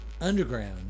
underground